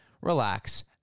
relax